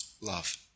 love